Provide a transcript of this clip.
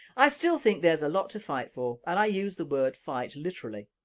i still think there is a lot to fight for and i use the word fight literally.